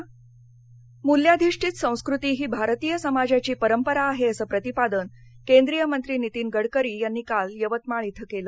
साहित्य संमेलन मूल्याधिष्ठित संस्कृती ही भारतीय समाजाची परंपरा आहे असं प्रतिपादन केंद्रीय मंत्री नीतीन गडकरी यांनी काल यवतमाळ इथं केलं